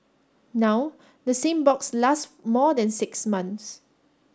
now the same box lasts more than six months